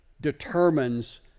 determines